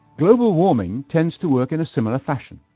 global warming tends to work in a similar fashion.